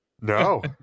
No